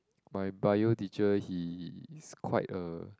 my Bio teacher he is quite a